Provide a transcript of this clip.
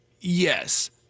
Yes